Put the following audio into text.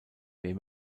wem